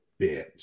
bitch